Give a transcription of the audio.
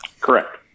Correct